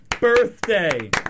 birthday